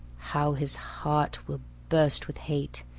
how his heart will burst with hate!